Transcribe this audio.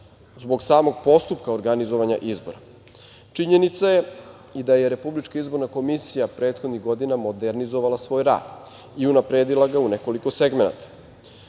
zbog samog postupka organizovanja izbora. Činjenica je da je RIK prethodnih godina modernizovala svoj rad i unapredila ga u nekoliko segmenata.